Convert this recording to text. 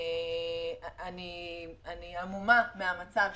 אני המומה מהמצב,